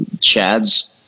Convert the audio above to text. Chad's